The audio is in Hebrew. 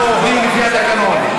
אנחנו עובדים לפי התקנון.